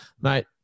mate